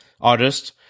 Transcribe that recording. artist